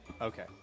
Okay